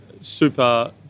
super